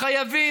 חייבים,